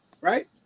right